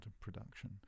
production